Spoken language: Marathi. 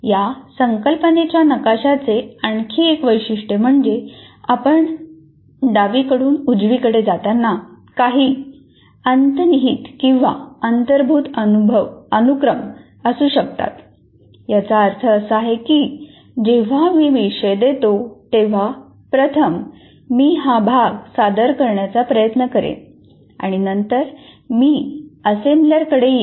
या संकल्पनेच्या नकाशाचे आणखी एक वैशिष्ट्य म्हणजे आपण डावीकडून उजवीकडे जाताना काही अंतर्निहित किंवा अंतर्भूत अनुक्रम असू शकतात याचा अर्थ असा आहे की जेव्हा मी विषय देतो तेव्हा प्रथम मी हा भाग सादर करण्याचा प्रयत्न करेन आणि नंतर मी असेंबलर कडे येईन